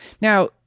Now